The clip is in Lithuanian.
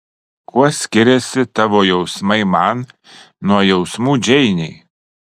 kuo skiriasi tavo jausmai man nuo jausmų džeinei